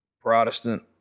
protestant